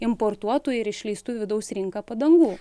importuotų ir išleistų į vidaus rinką padangų